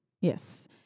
Yes